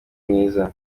mwiza